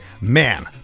man